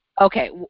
okay